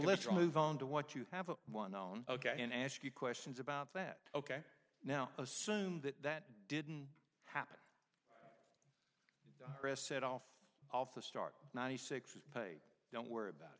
let's move on to what you have one known ok and ask you questions about that ok now assume that that didn't happen or a set off of the start ninety six they don't worry about